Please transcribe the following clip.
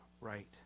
right